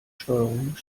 steuerung